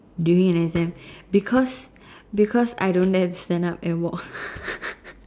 during an exams because because I don't dare to stand up and walk